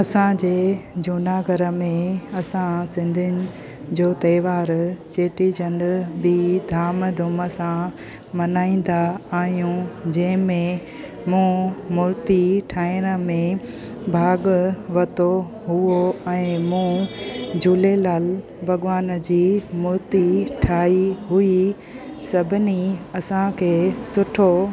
असांजे जूनागढ़ में असां सिंधियुनि जो त्योहारु चेटी चंड बि धाम धूम सां मल्हाईंदा आहियूं जंहिंमे मूं मुर्ती ठाहिण में भाग वरितो हुओ ऐं मूं झूलेलाल भॻवान जी मुर्ती ठाही हुई सभिनी असांखे सुठो